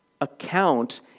account